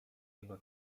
jego